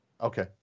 Okay